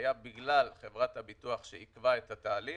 היה בגלל חברת הביטוח שעיכבה את התהליך,